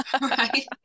right